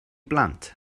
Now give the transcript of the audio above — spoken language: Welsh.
blant